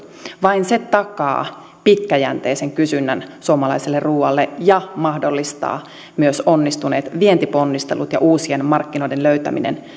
vain se takaa pitkäjänteisen kysynnän suomalaiselle ruualle ja mahdollistaa myös onnistuneet vientiponnistelut ja uusien markkinoiden